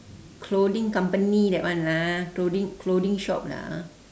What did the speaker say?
clothing company that one lah clothing clothing shop lah